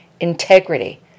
Integrity